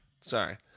sorry